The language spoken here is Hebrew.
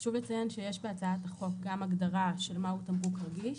חשוב לציין שיש בהצעת החוק גם הגדרה של מהו תמרוק רגיש.